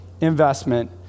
investment